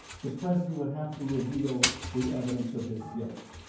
the president would have to reveal the evidence of his guilt.